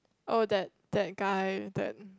oh that that guy that